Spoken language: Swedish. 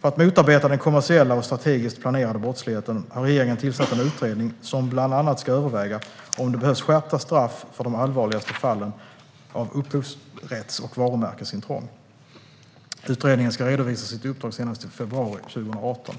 För att motarbeta den kommersiella och strategiskt planerade brottsligheten har regeringen tillsatt en utredning som bland annat ska överväga om det behövs skärpta straff för de allvarligaste fallen av upphovsrätts och varumärkesintrång. Utredningen ska redovisa sitt uppdrag senast i februari 2018.